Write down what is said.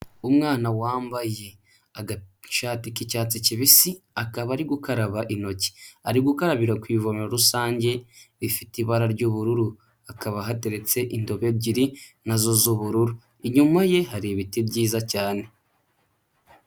Umwana wambaye agashati k'icyatsi kibisi akaba ari gukaraba intoki, ari gukarabira ku ivomo rusange rifite ibara ry'ubururu, hakaba hateretse indobo ebyiri nazo z'ubururu, inyuma ye hari ibiti byiza cyane.